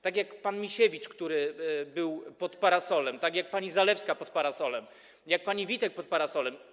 Tak jak pan Misiewicz, który był pod parasolem, tak jak pani Zalewska pod parasolem, jak pani Witek pod parasolem.